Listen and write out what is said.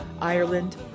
Ireland